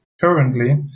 currently